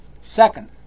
Second